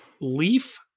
leaf